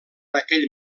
aquell